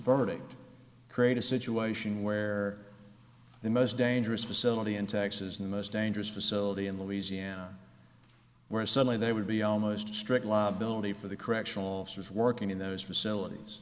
verdict create a situation where the most dangerous facility in texas the most dangerous facility in louisiana where suddenly there would be almost strict liability for the correctional officers working in those facilities